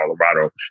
Colorado